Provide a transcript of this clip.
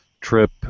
trip